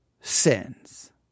sins